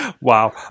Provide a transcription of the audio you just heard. Wow